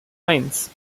eins